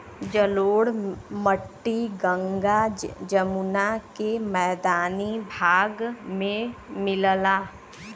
जलोढ़ मट्टी गंगा जमुना के मैदानी भाग में मिलला